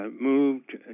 moved